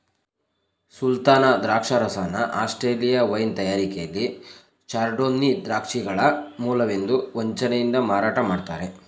ಸುಲ್ತಾನ ದ್ರಾಕ್ಷರಸನ Australia wine ತಯಾರಿಕೆಲಿ chardonnay ದ್ರಾಕ್ಷಿಗಳ ಮೂಲವೆಂದು ವಂಚನೆಯಿಂದ ಮಾರಾಟ ಮಾಡ್ತರೆ